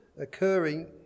occurring